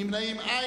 אין נמנעים.